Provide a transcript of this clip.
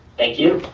thank you.